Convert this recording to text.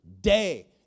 day